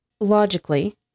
logically